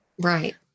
Right